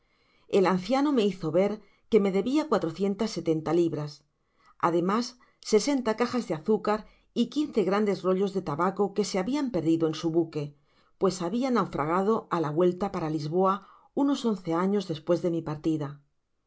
el anciano me hizo ver que me debia cuatrocientas setenta libras ademas sesenta cajas de azúcar y quince grandes rollos de tabaco que se habian perdido en sü buque pues habia naufragado á la vuelta para lisboa unos once años despues de mi partida